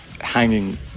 hanging